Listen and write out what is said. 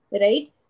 right